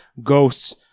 ghosts